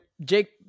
Jake